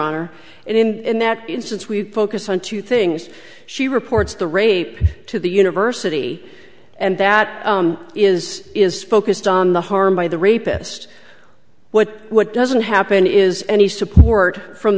honor in that instance we focus on two things she reports the rape to the university and that is is focused on the harm by the rapist what what doesn't happen is any support from